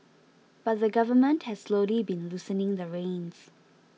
but the Government has slowly been loosening the reins